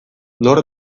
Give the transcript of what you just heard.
nor